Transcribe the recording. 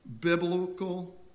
Biblical